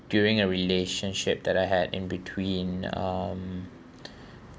during a relationship that I had in between um